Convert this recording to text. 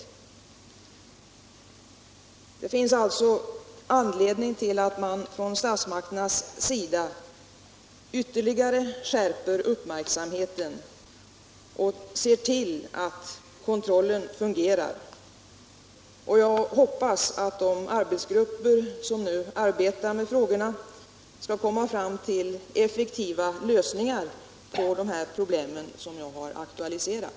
len av sexklubbar Det finns alltså anledning till att statsmakterna ytterligare skärper upp märksamheten och ser till att kontrollen fungerar. Jag hoppas att de arbetsgrupper som nu arbetar med frågorna skall komma fram till ef fektiva lösningar på de problem som jag har aktualiserat.